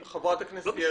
חברת הכנסת יעל